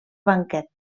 banquet